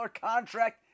contract